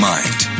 Mind